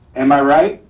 am i right?